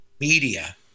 media